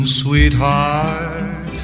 sweetheart